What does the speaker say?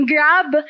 Grab